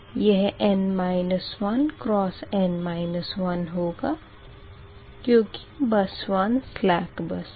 यह n 1 होगा क्यूँकि बस 1 सलेक बस है